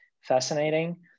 fascinating